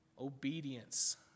Obedience